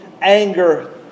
anger